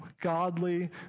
godly